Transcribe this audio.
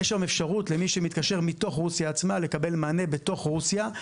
יש אפשרות היום למי שמתקשר מתוך רוסיה עצמה לקבל מענה בתוך רוסיה.